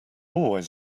always